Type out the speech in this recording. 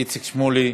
איציק שמולי,